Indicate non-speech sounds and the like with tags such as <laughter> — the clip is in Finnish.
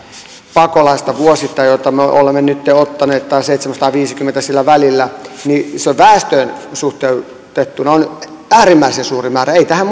pakolaista vuosittain jotka me olemme nytten ottaneet tai seitsemänsataaviisikymmentä sillä välillä niin se on väestöön suhteutettuna äärimmäisen suuri määrä ei tähän <unintelligible>